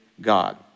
God